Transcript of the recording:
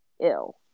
Ill